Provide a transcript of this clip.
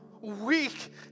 weak